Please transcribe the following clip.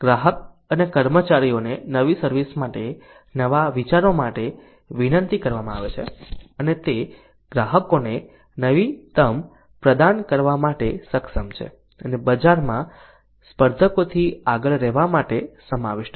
ગ્રાહક અને કર્મચારીઓને નવી સર્વિસ માટે નવા વિચારો માટે વિનંતી કરવામાં આવે છે અને તે ગ્રાહકોને નવીનતમ પ્રદાન કરવા માટે સક્ષમ છે અને બજારમાં સ્પર્ધકોથી આગળ રહેવા માટે સમાવિષ્ટ છે